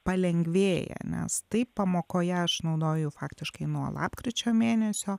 palengvėja nes taip pamokoje aš naudoju faktiškai nuo lapkričio mėnesio